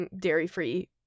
dairy-free